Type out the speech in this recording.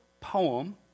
poem